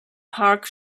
park